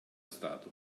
stato